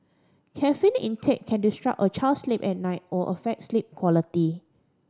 caffeine intake can disrupt a child's sleep at night or affect sleep quality